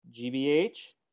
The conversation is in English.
GBH